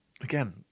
Again